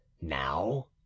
now